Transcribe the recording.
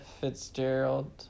Fitzgerald